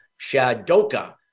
Shadoka